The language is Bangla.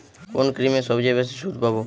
কোন স্কিমে সবচেয়ে বেশি সুদ পাব?